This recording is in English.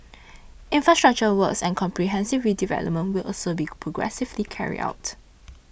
infrastructure works and comprehensive redevelopment will also be progressively carried out